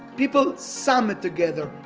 people summoned together,